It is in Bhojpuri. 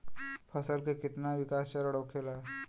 फसल के कितना विकास चरण होखेला?